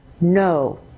No